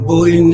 Boy